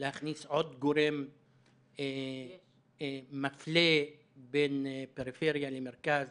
להכניס עוד גורם מפלה בין פריפריה למרכז